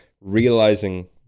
realizing